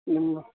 ನಿಮ್ಗೆ